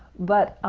but